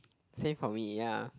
save for me ya